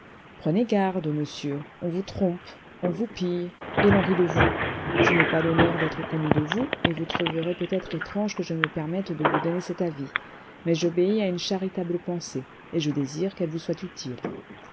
prenez garde monsieur on vous trompe on vous pille et l'on rit de vous je n'ai pas l'iionneur d'être connu de vous et vous trouverez peut-être étrange que je me permette de vous donner cet avis mais j'obéis à une charitable pensée et je désire qu'elle vous soit utile